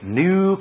new